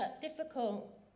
difficult